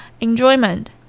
enjoyment